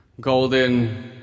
Golden